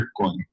Bitcoin